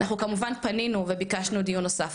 אנחנו כמובן פנינו וביקשנו דיון נוסף,